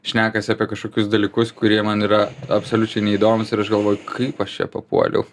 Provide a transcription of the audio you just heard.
šnekasi apie kažkokius dalykus kurie man yra absoliučiai neįdomūs ir aš galvoju kaip aš čia papuoliau